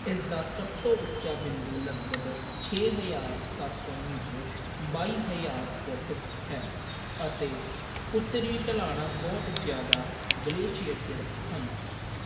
ਇਸ ਦਾ ਸਭ ਤੋਂ ਉੱਚਾ ਬਿੰਦੂ ਲਗਭਗ ਛੇ ਹਜ਼ਾਰ ਸੱਤ ਸੌ ਮੀਟਰ ਬਾਈ ਹਜ਼ਾਰ ਫੁੱਟ ਹੈ ਅਤੇ ਉੱਤਰੀ ਢਲਾਣਾਂ ਬਹੁਤ ਜ਼ਿਆਦਾ ਗਲੇਸ਼ੀਏਟਿਡ ਹਨ